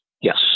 Yes